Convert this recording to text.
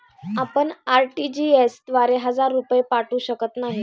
आपण आर.टी.जी.एस द्वारे हजार रुपये पाठवू शकत नाही